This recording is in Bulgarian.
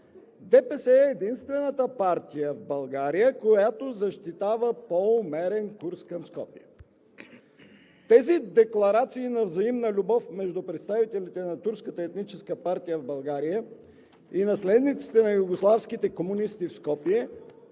ДПС е единствената партия в България, която защитава по-умерен курс към Скопие. Тези декларации на взаимна любов между представителите на турската етническа партия в България и наследниците на югославските комунисти в Скопие